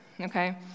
okay